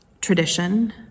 Tradition